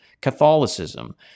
Catholicism